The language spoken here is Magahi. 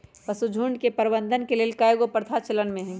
पशुझुण्ड के प्रबंधन के लेल कएगो प्रथा चलन में हइ